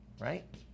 right